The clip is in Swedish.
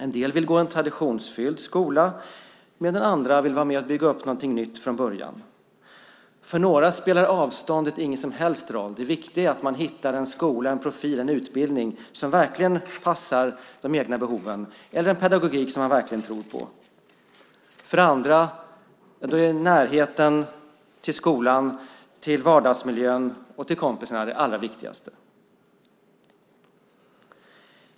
En del vill gå i en traditionsfylld skola, medan andra vill vara med och bygga upp någonting nytt från början. För några spelar avståndet ingen som helst roll, det viktiga är att man hittar en skola med en profil och utbildning som verkligen passar de egna behoven eller en pedagogik som man verkligen tror på. För andra är närheten till skolan, till vardagsmiljön och till kompisarna det allra viktigaste.